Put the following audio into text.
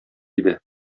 иде